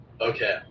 Okay